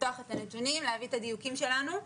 לפתוח את הנתונים ולהביא את הדיוקים שלנו.